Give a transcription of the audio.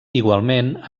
igualment